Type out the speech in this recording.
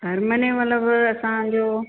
हर महीने मतलबु असांजो